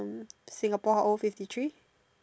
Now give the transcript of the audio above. Singapore how old fifty three